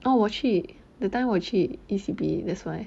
oh 我去 that time 我去 E_C_P that's why